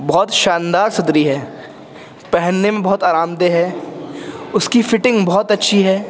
بہت شاندار صدری ہے پہننے میں بہت آرام دہ ہے اس کی فٹنگ بہت اچھی ہے